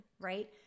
right